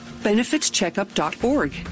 Benefitscheckup.org